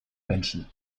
menschen